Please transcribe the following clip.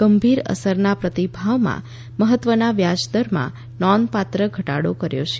ગંભીર અસરના પ્રતિભાવમાં મહત્વના વ્યાજદરમાં નોંધપાત્ર ઘટાડો કર્યો છે